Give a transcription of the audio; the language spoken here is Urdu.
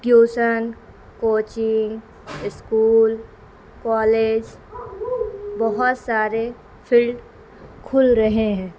ٹیوسن کوچنگ اسکول کالج بہت سارے فیلڈ کھل رہے ہیں